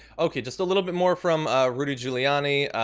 okay, just a little bit more from ah rudy giuliani,